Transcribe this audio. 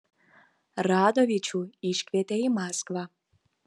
radovičių iškvietė į maskvą